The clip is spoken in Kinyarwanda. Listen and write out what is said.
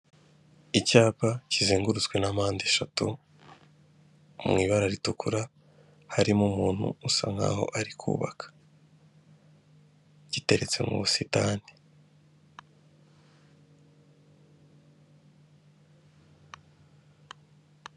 Icyapa kizengurutswe na mpandeshatu mu ibara ritukura harimo umuntu usa nk'aho ari kubaka, giteretse mu busitani.